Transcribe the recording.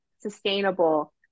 sustainable